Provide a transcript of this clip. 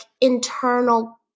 internal